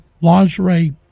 lingerie